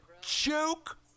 Joke